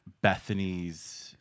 Bethany's